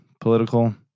political